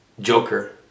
Joker